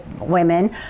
women